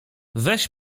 weź